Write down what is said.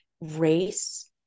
race